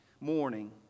morning